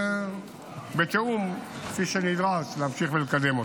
בתיאום כפי שנדרש להמשיך ולקדם אותו.